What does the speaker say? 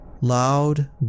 loud